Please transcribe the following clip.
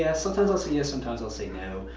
yeah sometimes i'll say yes, sometimes i'll say no.